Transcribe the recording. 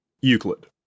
Euclid